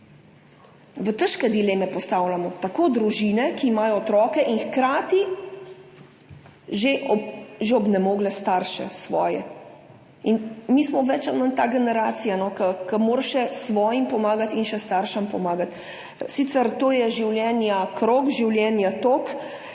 v težke dileme postavljamo tako družine, ki imajo otroke in hkrati že obnemogle starše, svoje, in mi smo več ali manj ta generacija, ki mora še svojim pomagati in še staršem pomagati. Sicer, to je krog življenja, tok,